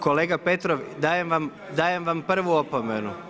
Kolega Petrov, dajem vam prvu opomenu.